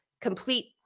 complete